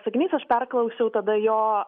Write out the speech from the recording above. sakinys aš perklausiau tada jo